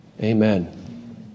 Amen